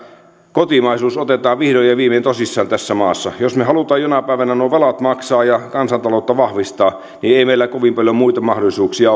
kotimaisuus otetaan vihdoin ja viimein tosissaan tässä maassa jos me haluamme jonain päivänä nuo velat maksaa ja kansantaloutta vahvistaa niin ei meillä kovin paljon muita mahdollisuuksia